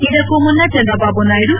ಇದಕ್ಕೂ ಮುನ್ನ ಚಂದ್ರಬಾಬು ನಾಯ್ಡು